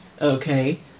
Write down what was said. Okay